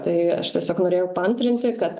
tai aš tiesiog norėjau paantrinti kad